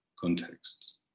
contexts